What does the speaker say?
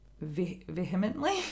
vehemently